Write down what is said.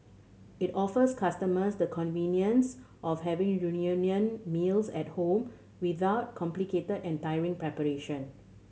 it offers customers the convenience of having meals at home without complicated and tiring preparation